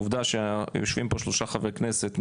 עובדה שיושבים פה שלושה חברי כנסת,